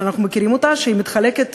אמבה, שאנחנו מכירים, שמתחלקת.